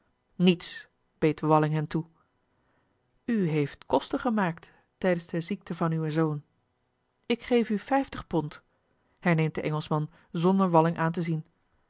beet walling hem toe u heeft kosten gemaakt tijdens de ziekte van uwen zoon ik geef u vijftig pond herneemt de engelschman zonder walling aan te zien